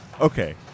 Okay